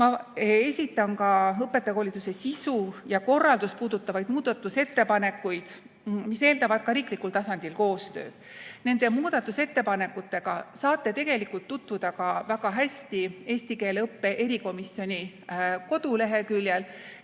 Ma esitan ka õpetajakoolituse sisu ja korraldust puudutavaid muudatusettepanekuid, mis eeldavad ka riiklikul tasandil koostööd. Nende muudatusettepanekutega saate tutvuda väga hästi eesti keele õppe erikomisjoni koduleheküljel,